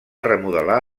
remodelar